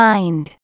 Mind